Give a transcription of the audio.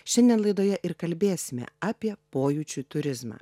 šiandien laidoje ir kalbėsime apie pojūčių turizmą